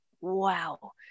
wow